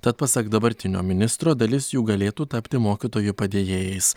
tad pasak dabartinio ministro dalis jų galėtų tapti mokytojų padėjėjais